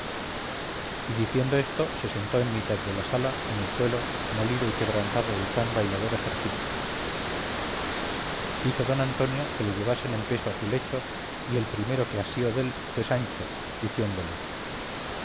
y diciendo esto se sentó en mitad de la sala en el suelo molido y quebrantado de tan bailador ejercicio hizo don antonio que le llevasen en peso a su lecho y el primero que asió dél fue sancho diciéndole